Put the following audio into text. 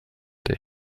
they